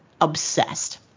obsessed